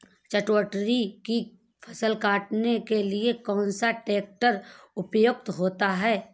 चटवटरी की फसल को काटने के लिए कौन सा ट्रैक्टर उपयुक्त होता है?